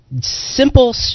Simple